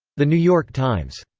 the new york times.